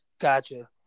Gotcha